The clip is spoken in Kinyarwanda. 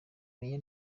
meya